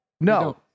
No